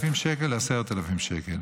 7,000 שקל ל-10,000 שקל,